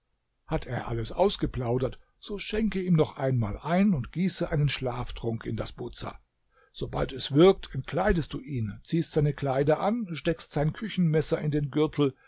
hat er alles ausgeplaudert so schenke ihm noch einmal ein und gieße einen schlaftrunk in das buza sobald es wirkt entkleidest du ihn ziehst seine kleider an steckst sein küchenmesser in den gürtel